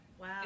Wow